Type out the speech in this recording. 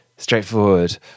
Straightforward